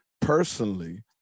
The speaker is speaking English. Personally